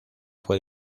fue